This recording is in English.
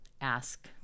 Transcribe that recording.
ask